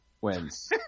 wins